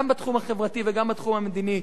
גם בתחום החברתי וגם בתחום המדיני.